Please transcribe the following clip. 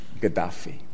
Gaddafi